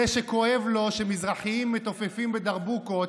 זה שכואב לו שמזרחים מתופפים בדרבוקות,